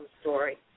story